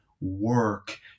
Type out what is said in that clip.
work